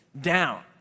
down